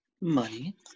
Money